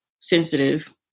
sensitive